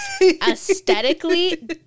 aesthetically